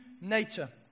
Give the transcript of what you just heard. nature